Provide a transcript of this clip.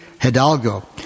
Hidalgo